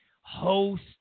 host